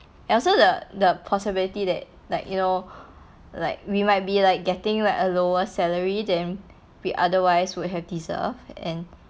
and also the the possibility that like you know like we might be like getting like a lower salary than we otherwise would have deserved and